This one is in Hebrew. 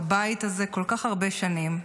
בבית הזה כל כך הרבה שנים,